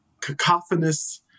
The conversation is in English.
cacophonous